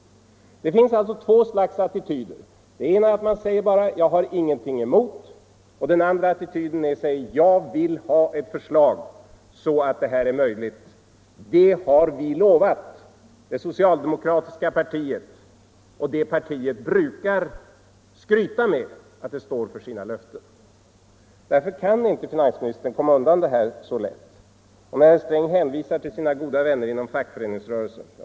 Ni 75 Det finns alltså två slags attityder, den ena säger ”jag har ingenting emot” och den andra attityden säger ”jag vill ha ett förslag så att detta blir möjligt; det har vi lovat i det socialdemokratiska partiet”. Och det partiet brukar ju skryta med att det står för sina löften. Därför kan inte finansministern komma undan detta så lätt. Herr Sträng hänvisar till sina goda vänner inom fackföreningsrörelsen.